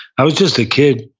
i was just a kid.